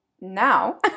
now